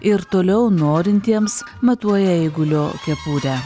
ir toliau norintiems matuoja eigulio kepurę